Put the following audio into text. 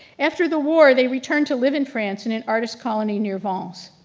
after the war they returned to live in france in an artists colony near vence.